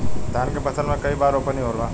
धान के फसल मे कई बार रोपनी होला?